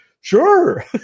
sure